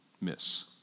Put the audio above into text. miss